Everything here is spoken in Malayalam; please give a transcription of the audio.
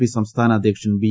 പി സംസ്ഥാന അദ്ധ്യക്ഷൻ ബി